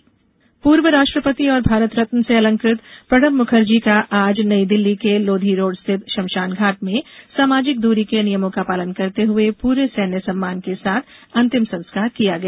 मुखर्जी निधन पूर्व राष्ट्रपति और भारत रत्न से अलंकृत प्रणव मुखर्जी का आज नई दिल्ली के लोधी रोड स्थित श्मशान घाट में सामाजिक दूरी के नियमों का पालन करते हुए पूरे सैन्य सम्मान के साथ अंतिम संस्कार किया गया